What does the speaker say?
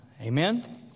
amen